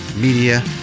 Media